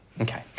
Okay